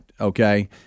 Okay